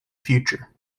future